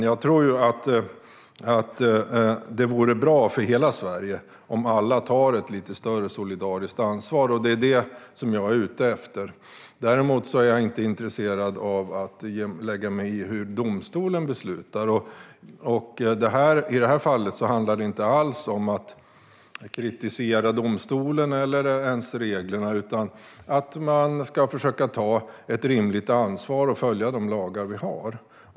Jag tror att det vore bra för hela Sverige om alla tar ett lite större solidariskt ansvar. Det är det som jag är ute efter. Däremot är jag inte intresserad av att lägga mig i hur domstolen beslutar. I detta fall handlar det inte alls om att kritisera domstolen eller ens reglerna utan om att man ska försöka ta ett rimligt ansvar och följa de lagar vi har.